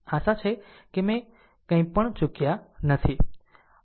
આશા છે કે મેં કંઈપણ ચુક્યા નથી